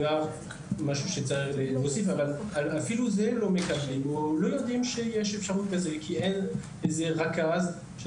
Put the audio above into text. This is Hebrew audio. או שלא מודעים שיש אפשרות לתמיכה שכזו כי אין רכז של